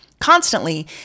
constantly